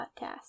Podcast